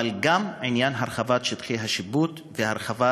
אבל גם עניין הרחבת שטחי השיפוט והרחבת